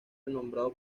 renombrado